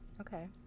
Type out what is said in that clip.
Okay